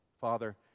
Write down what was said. Father